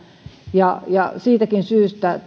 ja ja siitäkin syystä